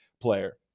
player